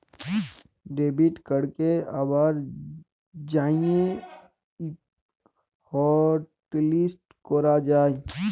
debit কাড়কে আবার যাঁয়ে হটলিস্ট ক্যরা যায়